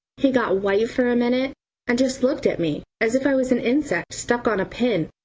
he got white for a minute and just looked at me as if i was an insect stuck on a pin,